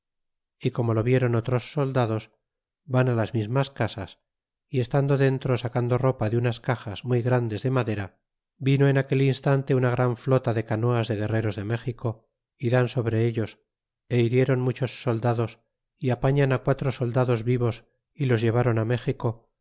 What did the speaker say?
y como lo viéron otros soldados van las mismas casas y estando dentro sacando ropa de unas caxas muy grandes de madera vino en aquel instante una gran flota de canoas de guerreros de méxico y dan sobre ellos é hirieron muchos soldados y apañan quatro soldados vivos é los ilevron méxico